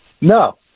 No